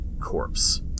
corpse